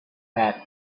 that